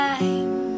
Time